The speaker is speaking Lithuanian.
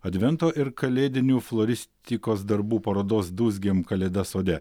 advento ir kalėdinių floristikos darbų parodos dūzgiam kalėdas sode